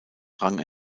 rang